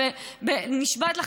נשבעת לך,